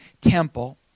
temple